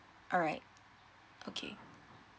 alright okay